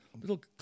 little